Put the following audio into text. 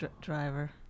driver